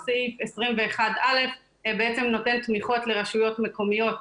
אבל בסך הכל אף אחד לא יודע איזה פלח בשוק קובע כאן כל מקור ואין פה שום